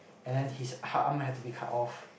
and then his arm arm might have to be cut off